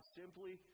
simply